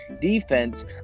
defense